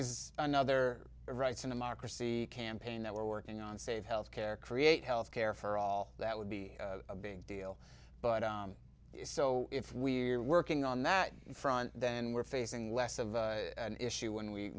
is another writes in a marker see campaign that we're working on save health care create health care for all that would be a big deal but so if we're working on that front then we're facing less of an issue when we